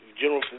General